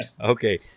Okay